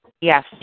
yes